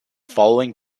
following